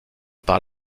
par